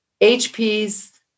HP's